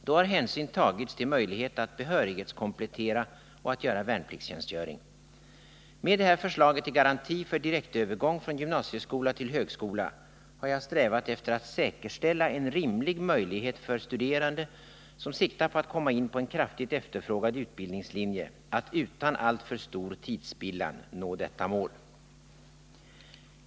Då har hänsyn tagits till möjlighet att behörighetskomplettera och att göra värnpliktstjänstgöring. Med det här förslaget till garanti för direktövergång från gymnasieskola till högskola har jag strävat efter att säkerställa en rimlig möjlighet för studerande som siktar på att komma in på en kraftigt efterfrågad utbildningslinje att utan alltför stor tidsspillan nå detta mål.